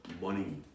money